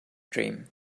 dream